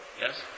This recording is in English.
Yes